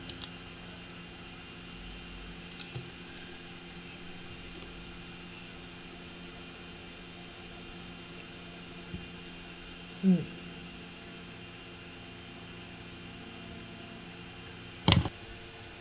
mm